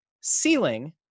ceiling